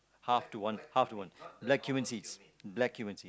half to one half to one black Cuban sees black Cuban seeds